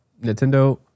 Nintendo